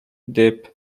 deep